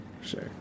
sure